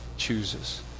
chooses